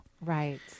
Right